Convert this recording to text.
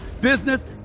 business